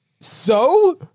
so-